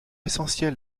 essentiel